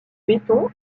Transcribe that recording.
béton